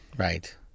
Right